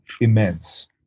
immense